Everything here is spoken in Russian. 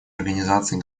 организаций